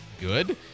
good